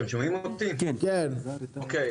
קודם כול,